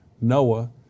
Noah